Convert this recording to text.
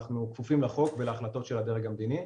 אנחנו כפופים לחוק ולהחלטות של הדרג המדיני.